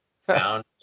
found